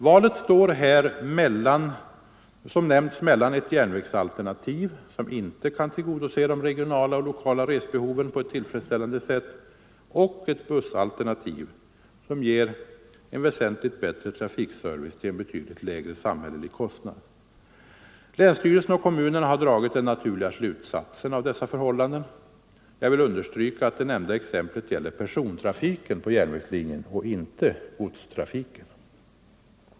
Valet står här såsom nämnts mellan ett järnvägsalternativ, som inte kan tillgodose de regionala och lokala resbehoven på ett tillfredsställande sätt, och ett bussalternativ, som ger en väsentligt bättre trafikservice till en betydligt lägre samhällelig kostnad. Länsstyrelsen och kommunerna har dragit den naturliga slutsatsen av dessa förhållanden. Jag vill understryka, att det nämnda exemplet gäller persontrafiken på järnvägslinjen och inte godstrafiken.